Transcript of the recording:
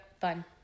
fun